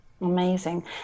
Amazing